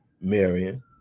Marion